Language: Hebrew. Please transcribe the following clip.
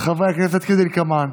חברי הכנסת כדלקמן: